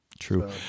true